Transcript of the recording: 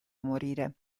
morire